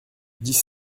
dix